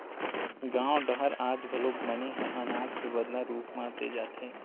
गाँव डहर आज घलोक बनी ह अनाज के बदला रूप म दे जाथे